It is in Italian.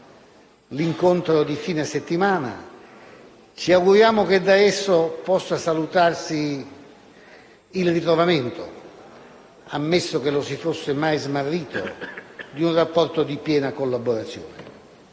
per il fine settimana, augurandoci che da esso possa salutarsi il ritrovamento, ammesso che lo si fosse mai smarrito, di un rapporto di piena collaborazione.